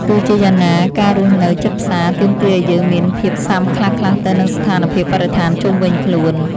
ទោះជាយ៉ាងណាការរស់នៅជិតផ្សារទាមទារឱ្យយើងមានភាពស៊ាំខ្លះៗទៅនឹងស្ថានភាពបរិស្ថានជុំវិញខ្លួន។